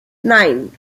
nein